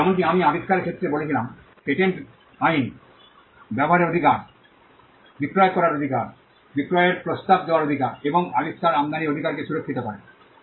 যেমনটি আমি আবিষ্কারের ক্ষেত্রে বলেছিলাম পেটেন্ট আইন ব্যবহারের অধিকার বিক্রয় করার অধিকার বিক্রয়ের প্রস্তাব দেওয়ার অধিকার এবং আবিষ্কার আমদানির অধিকারকে সুরক্ষিত করে